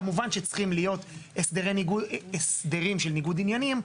כמובן שצריכים להיות הסדרים של ניגוד עניינים,